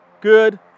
Good